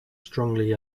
strongly